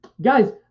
guys